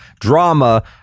drama